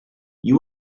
you